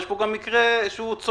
אבל יש פה גם מקרה שהוא צולל,